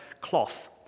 cloth